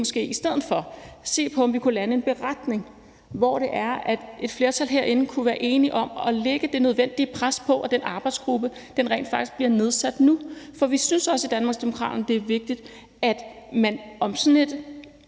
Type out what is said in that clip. ikke i stedet for se på, om vi kunne lande en beretning, hvor et flertal herinde kunne være enige om at lægge det nødvendige pres på det, for at den arbejdsgruppe nu rent faktisk bliver nedsat? For vi synes i Danmarksdemokraterne også, det er vigtigt, at der på sådan et